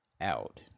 out